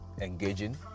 engaging